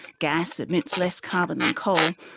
gas emits less carbon than coal,